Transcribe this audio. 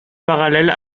parallèles